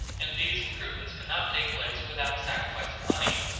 and these improvements cannot take place without a sacrifice of money.